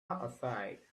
aside